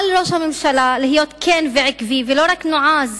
על ראש הממשלה להיות כן ועקבי, ולא רק נועז.